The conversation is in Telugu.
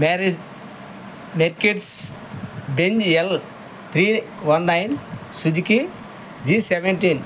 marriage నెర్కిడ్స్ Benz L three one nine Suzuki G seventeen